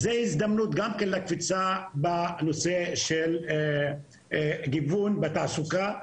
וזו הזדמנות גם כן לקפיצה בנושא של גיוון בתעסוקה,